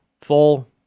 full